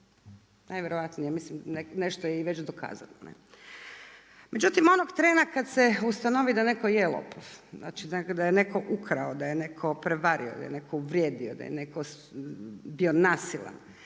najvjerojatnije, nešto je već i dokazano. Međutim onog trena kada se ustanovi da netko je lopov, znači da je neko ukrao, da je neko prevario, da je neko uvrijedio, da je neko bio nasilan